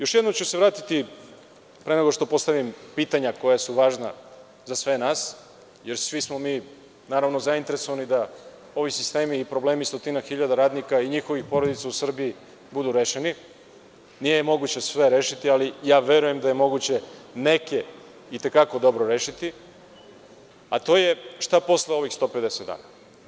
Još jednom ću se vratiti, pre nego što postavim pitanja koja su važna za sve nas, jer svi smo mi zainteresovani da ovi sistemi i problemi stotinak hiljada radnika i njihovih porodica u Srbiji budu rešeni, nije ih moguće sve rešiti ali ja verujem da je neke i te kako moguće rešiti, a to je – šta posle ovih 150 dana?